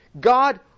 God